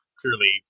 Clearly